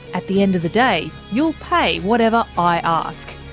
at the end of the day, you'll pay whatever i ask.